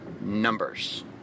numbers